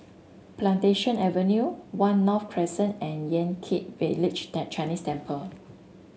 Plantation Avenue One North Crescent and Yan Kit Village Chinese Temple